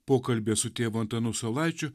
pokalbio su tėvu antanu saulaičiu